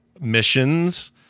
missions